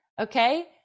Okay